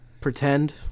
pretend